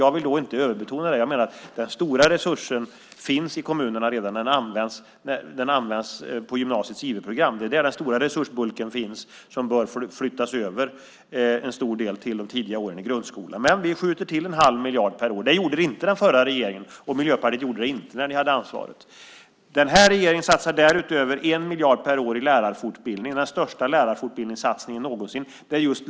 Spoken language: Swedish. Jag vill inte överbetona det. Jag menar att den stora resursen redan finns i kommunerna, men används på gymnasiets IV-program. Det är där den stora "resursbulken" finns. En stor del bör flyttas över till de tidiga åren i grundskolan. Men vi skjuter till en 1⁄2 miljard per år. Det gjorde inte den förra regeringen, och Miljöpartiet gjorde det inte när ni hade ansvaret. Den här regeringen satsar därutöver 1 miljard per år på lärarfortbildning, den största lärarfortbildningssatsningen någonsin.